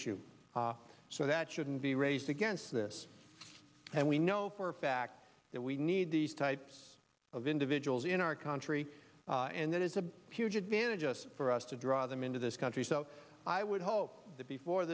issue so that shouldn't be read against this and we know for a fact that we need these types of individuals in our country and that is a huge advantage us for us to draw them into this country so i would hope that before